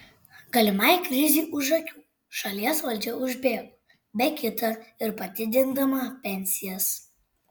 galimai krizei už akių šalies valdžia užbėgo be kita ir padidindama pensijas